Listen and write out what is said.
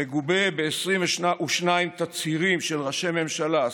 המגובה ב-22 תצהירים של ראשי ממשלה,